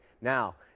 Now